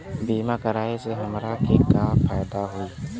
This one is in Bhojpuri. बीमा कराए से हमरा के का फायदा होई?